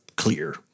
clear